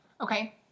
Okay